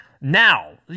Now